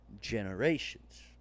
generations